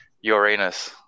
Uranus